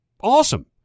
Awesome